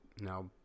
no